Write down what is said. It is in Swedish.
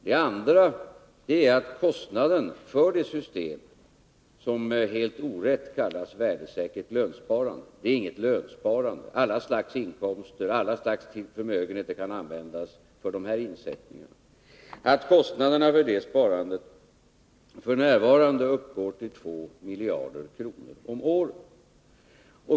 Det andra är kostnaden för detta system, som helt orätt kallas för värdesäkert lönesparande. Det är inte något lönesparande, eftersom alla slags inkomster och alla slags förmögenheter kan användas för de här insättningarna. Kostnaden för det sparandet uppgår f.n. till 2 miljarder kronor om året.